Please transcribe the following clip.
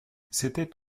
c’était